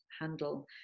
handle